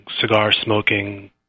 cigar-smoking